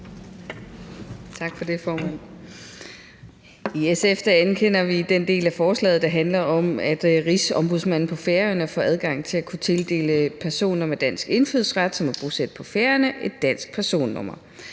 Tak for det, formand. I SF anerkender vi den del af forslaget, der handler om, at Rigsombudsmanden på Færøerne får adgang til at kunne tildele personer med dansk indfødsret, som er bosat på Færøerne, dansk personnummer.